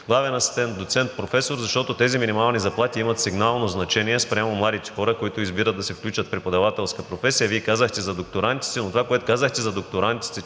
главен асистент, доцент, професор, защото тези минимални заплати имат сигнално значение спрямо младите хора, които избират да се включат в преподавателската професия. Вие казахте за докторантите. Но това, което казахте за докторантите,